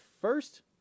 first